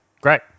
great